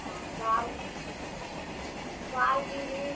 हाँ चार चार जी भी